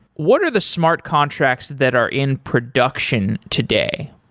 what are the smart contracts that are in production today?